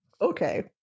okay